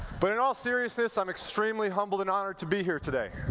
but in all seriousness, i'm extremely humbled and honored to be here today.